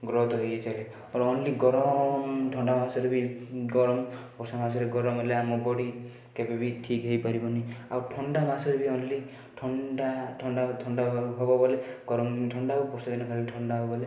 growth ହୋଇ ହୋଇ ଚାଲେ ଓନ୍ଲି ଗରମ ଥଣ୍ଡା ମାସରେ ବି ଗରମ ବର୍ଷା ମାସରେ ଗରମ ହେଲେ ଆମ ବଡ଼ି କେବେ ବି ଠିକ୍ ହେଇପାରିବନି ଆଉ ଥଣ୍ଡା ମାସରେ ବି ଓନ୍ଲି ଥଣ୍ଡା ଥଣ୍ଡା ଥଣ୍ଡା ହେବ ବୋଲି ଗରମଦିନ ଥଣ୍ଡା ହେବ ବର୍ଷାଦିନେ ଭଲ ଥଣ୍ଡା ହେବ ବୋଲି